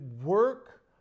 work